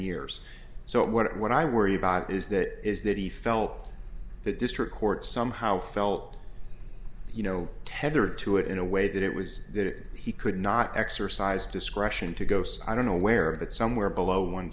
years so what i worry about is that is that he felt that district court somehow felt you know tethered to it in a way that it was that he could not exercise discretion to go i don't know where but somewhere below one